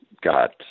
got